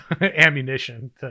ammunition